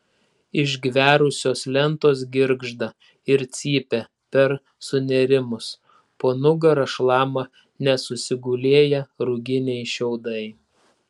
išgverusios lentos girgžda ir cypia per sunėrimus po nugara šlama nesusigulėję ruginiai šiaudai